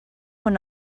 when